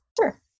Sure